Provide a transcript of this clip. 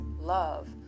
love